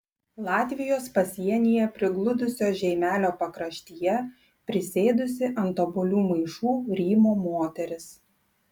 latvijos pasienyje prigludusio žeimelio pakraštyje prisėdusi ant obuolių maišų rymo moteris